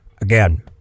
Again